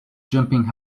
jumping